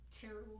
Terrible